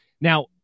Now